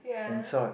and Salt